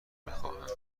میخواهند